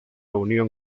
unión